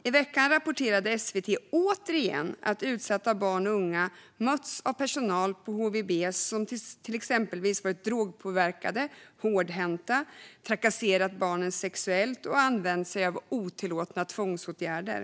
I veckan rapporterade SVT återigen att utsatta barn och unga mötts av personal på HVB som exempelvis varit drogpåverkade eller hårdhänta eller som trakasserat barnen sexuellt eller använt sig av otillåtna tvångsåtgärder.